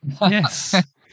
Yes